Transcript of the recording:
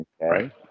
Right